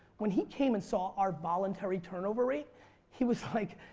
when he came and saw our voluntary turnover rate he was like,